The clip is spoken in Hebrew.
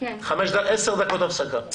10 דקות הפסקה.